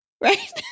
Right